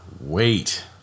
wait